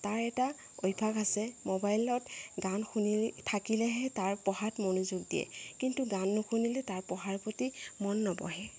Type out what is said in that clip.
তাৰ এটা অভ্যাস আছে ম'বাইলত গান শুনি থাকিলেহে তাৰ পঢ়াত মনোযোগ দিয়ে কিন্তু গান নুশুনিলে তাৰ পঢ়াৰ প্ৰতি মন নবহে